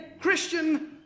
Christian